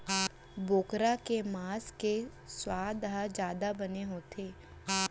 बोकरा के मांस के सुवाद ह जादा बने होथे